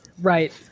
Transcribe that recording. Right